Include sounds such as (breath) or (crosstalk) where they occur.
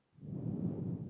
(breath)